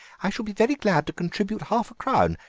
i shall be very glad to contribute half a crown,